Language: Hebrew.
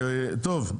טוב.